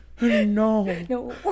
no